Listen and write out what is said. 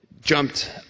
jumped